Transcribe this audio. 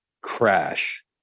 crash